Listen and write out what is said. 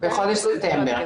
בחודש בספטמבר.